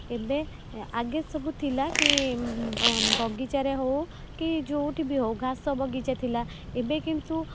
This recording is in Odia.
ଏବେ ଆଗେ ସବୁ ଥିଲା କି ବଗିଚାରେ ହଉ କି ଯେଉଁଠି ବି ହଉ ଘାସ ବଗିଚା ଥିଲା ଏବେ କିନ୍ତୁ